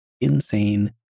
insane